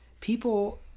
people